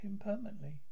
permanently